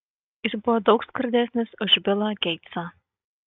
jis buvo daug skurdesnis už bilą geitsą